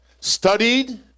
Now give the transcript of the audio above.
studied